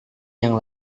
yang